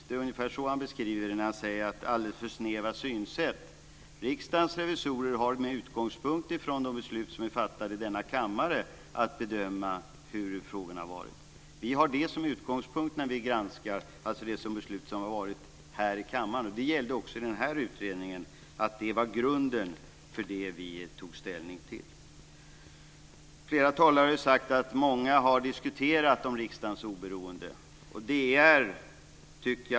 Det är ungefär så han beskriver det när han talar om alldeles för snäva synsätt. Riksdagens revisorer har med utgångspunkt i de beslut som är fattade i denna kammare att bedöma frågorna. Vi har de beslut som har fattats här i kammaren som utgångspunkt när vi granskar. Det gällde också denna utredning. Det var grunden för det vi tog ställning till. Flera talare har sagt att många har diskuterat revisionens oberoende.